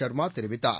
சர்மா தெரிவித்தார்